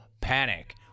panic